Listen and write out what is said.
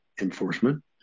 enforcement